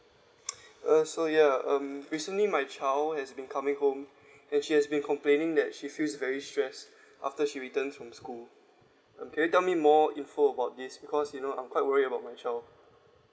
uh so ya um recently my child has been coming home and she has been complaining that she feels very stress after she returns from school okay tell me more info about this because you know I'm quite worry about my child